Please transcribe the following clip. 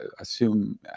assume